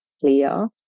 clear